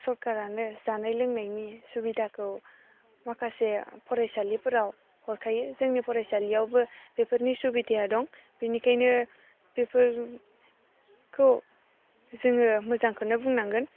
सरखारानो जानाय लोंनायनि सुबिदाखौ माखासे फरायसालिफोराव हरखायो जोंनि फरायसालियावबो बेफोरनि सुबिदाया दं बिनिखायनो बेफोरखौ जोङो मोजांखौनो बुंनांगोन